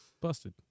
busted